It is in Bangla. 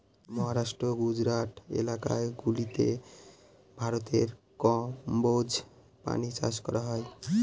মহারাষ্ট্র, গুজরাট এলাকা গুলাতে ভারতে কম্বোজ প্রাণী চাষ করা হয়